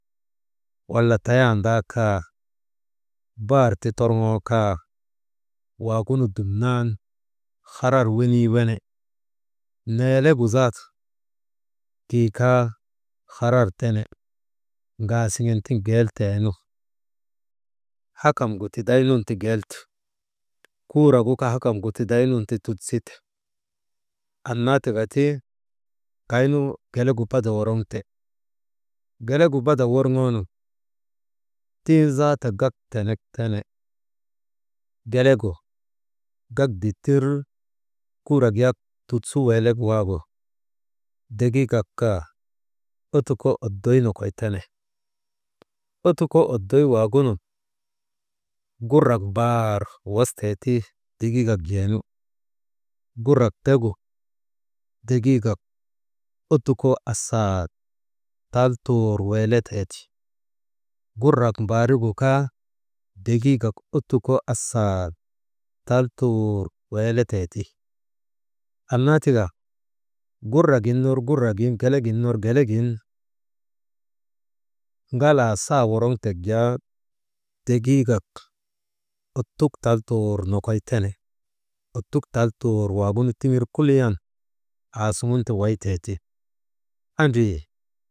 Wala tayandaa kaa, baar ti torŋoo kaa, waagunu dumnan harar wenii wene. Neelegu zaata tiikaa harar tene, ŋaasiŋen tiŋ geelteenu, hakam gu tidaynun ta geelte, kuuragu kaa hakamgu tidaynun ta tut zite, annaa tika ti kaynu gelegu bada woroŋte. Gelegu bada worŋoonu tiŋ zaata gak tenek tene, gelegu gak dittir kuurak yaak tut su weelek waagu, degiigak ka ottukoo oddoy nokoy tene, ottukoo oddoy waagunun gurarak mbaar wostee ti, degiigak jee nu gurak tegu degiigak ottukoo asaal tal tuur weeleteeti, gurat mbaarigu kaa degiigak ottukoo asaal tal tuur weeletee ti, annaa tika kurak gin ner gurak gin, gelek gin ner, gelegin galak saa woroŋtek jaa degiigat ottuk tal tuur nokoy tene, ottuk tul tuur waagunu tiŋir kuliyan assuŋun ti waytee ti, andrii.